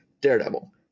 Daredevil